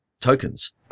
tokens